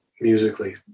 musically